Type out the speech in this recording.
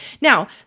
Now